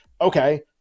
Okay